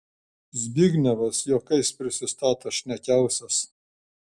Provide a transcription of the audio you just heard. zbignevas juokais prisistato šnekiausias